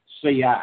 CI